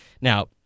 Now